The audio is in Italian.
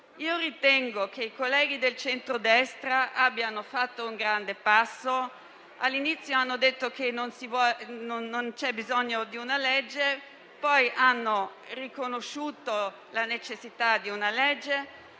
Ritengo che i colleghi del centro destra abbiano fatto un grande passo; all'inizio avevano detto che non c'era bisogno di una legge, hanno poi riconosciuto la necessità di una legge,